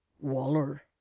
Waller